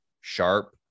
sharp